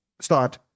start